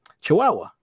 Chihuahua